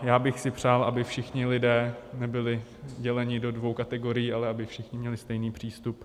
Já bych si přál, aby všichni lidé nebyli děleni do dvou kategorií, ale aby všichni měli stejný přístup.